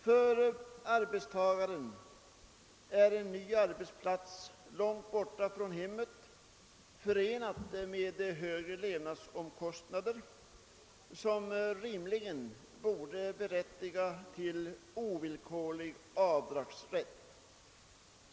För arbetstagaren är en ny arbetsplats långt borta från hemmet förenad med högre levnadsomkostnader, som rimligen borde ge ovillkorlig avdragsrätt.